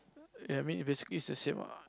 I mean basically it's the same lah